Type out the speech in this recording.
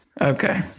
Okay